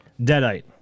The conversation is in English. Deadite